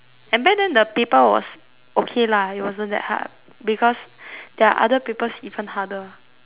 and back then the paper was okay lah it wasn't that hard because there were other papers even harder